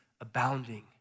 abounding